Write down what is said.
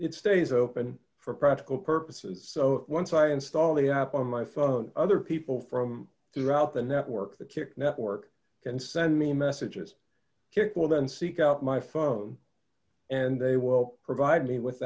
it stays open for practical purposes so once i install the app on my phone other people from throughout the network the kick network and send me messages kids will then seek out my phone and they will provide me with